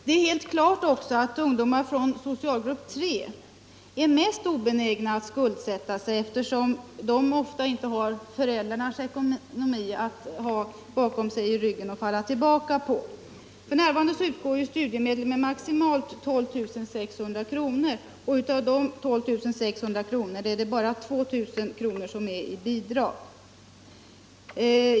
Det är också helt klart att ungdomar från socialgrupp 3 är mest obenägna att skuldsätta sig, eftersom de ofta inte har föräldrarnas ekonomi att falla tillbaka på. F.n. utgår studiemedel med maximalt 12 600 kr. Av detta belopp utgår bara 2000 kr. i form av bidrag.